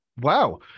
wow